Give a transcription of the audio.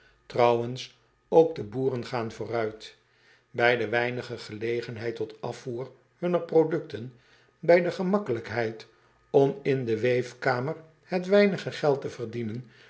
rouwens ook de boeren gaan vooruit ij de weinige gelegenheid tot afvoer hunner producten bij de gemakkelijkheid om in de weefkamer het weinige geld te verdienen